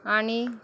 आणि